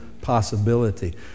possibility